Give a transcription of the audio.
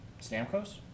Stamkos